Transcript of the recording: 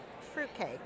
Fruitcake